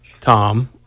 Tom